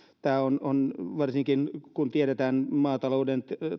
tämä on hyvä asia varsinkin kun tiedetään maatalouden